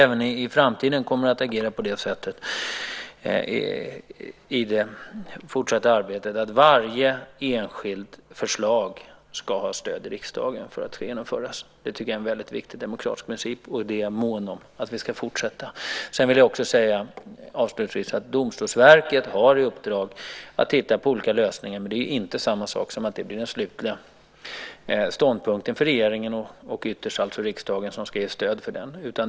Även i framtiden kommer vi att agera på det sättet att varje enskilt förslag ska ha stöd i riksdagen för att det ska genomföras. Det är en viktig demokratisk princip, och jag är mån om att vi ska fortsätta med den. Avslutningsvis vill jag säga att Domstolsverket har i uppdrag att titta på olika lösningar. Det är inte samma sak som att det blir den slutliga ståndpunkten för regeringen och ytterst riksdagen, som ska ge stöd för den.